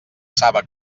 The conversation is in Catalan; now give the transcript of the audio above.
saba